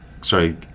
sorry